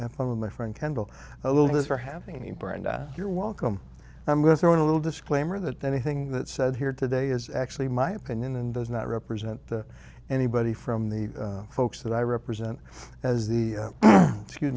with some of my friend kendall a little this for having me brenda you're welcome i'm going to throw in a little disclaimer that anything that said here today is actually my opinion and does not represent the anybody from the folks that i represent as the